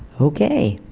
okay